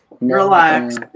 relax